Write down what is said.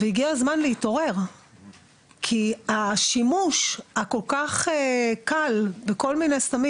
הגיע הזמן להתעורר כי השימוש הכל-כך קל בכל מיני סמים